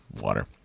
water